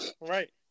Right